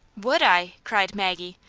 would i? cried maggie.